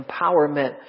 empowerment